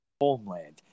homeland